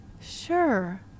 Sure